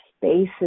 Spaces